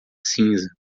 cinza